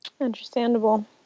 Understandable